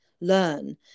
learn